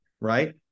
right